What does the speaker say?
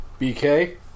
BK